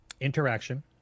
interaction